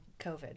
COVID